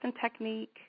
technique